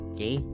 Okay